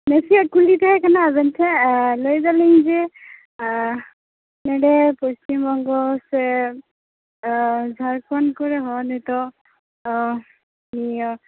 ᱱᱟᱥᱮᱭᱟᱜ ᱠᱩᱠᱞᱤ ᱛᱟᱦᱮᱸᱠᱟᱱᱟ ᱟᱵᱮᱱ ᱴᱷᱚᱱ ᱞᱟᱹᱭ ᱮᱫᱟᱞᱤᱧ ᱡᱮ ᱱᱚᱸᱰᱮ ᱯᱚᱥᱪᱤᱢ ᱵᱚᱝᱜᱚ ᱥᱮ ᱡᱷᱟᱲᱠᱷᱚᱱᱰ ᱠᱚᱨᱮ ᱦᱚᱸ ᱱᱤᱛᱳᱜ ᱱᱤᱭᱟᱹ